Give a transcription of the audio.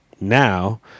Now